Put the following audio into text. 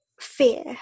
fear